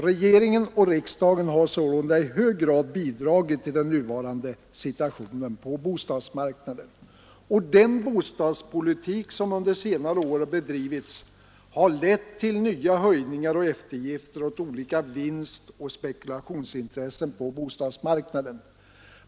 Regeringen och riksdagen har sålunda i hög grad bidragit till den nuvarande situationen på bostadsmarknaden, och den bostadspolitik som under senare år bedrivits har lett till nya höjningar och eftergifter åt olika vinstoch spekulationsintressen på bostadsmarknaden.